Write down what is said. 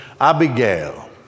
Abigail